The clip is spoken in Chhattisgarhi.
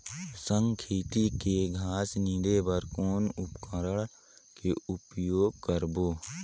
साग खेती के घास निंदे बर कौन उपकरण के उपयोग करबो?